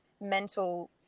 mental